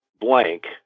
blank